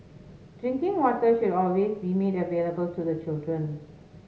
drinking water should always be made available to the children